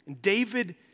David